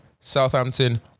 Southampton